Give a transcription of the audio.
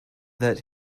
that